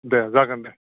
दे जागोन दे